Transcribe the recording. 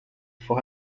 for